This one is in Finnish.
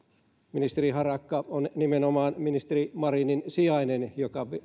ministeri harakka on nimenomaan ministeri marinin sijainen joka